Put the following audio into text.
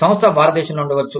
సంస్థ భారతదేశంలో ఉండవచ్చు